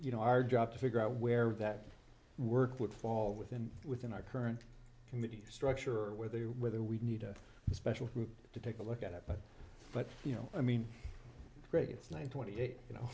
you know our job to figure out where that work would fall within within our current committee structure or whether whether we need a special group to take a look at it but but you know i mean it's nine twenty eight you know